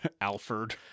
alfred